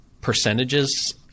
percentages